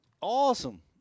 awesome